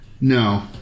No